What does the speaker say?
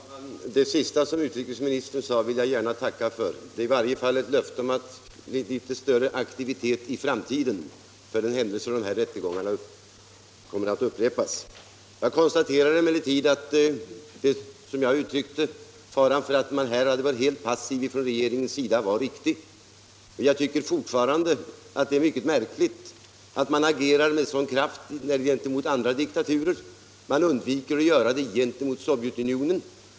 Herr talman! Det sista som utrikesministern sade vill jag gärna tacka honom för; det var i varje fall ett löfte om litet större aktivitet i framtiden, för den händelse rättegångarna skulle komma att upprepas. Jag konstaterar emellertid att — såsom jag uttryckte det — farhågan för att regeringen här hade varit-helt passiv var riktig. Jag tycker fortfarande att det är mycket märkligt att man agerar med sådan kraft gentemot andra diktaturer men att man undviker att göra det gentemot Sovjetunionen.